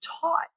taught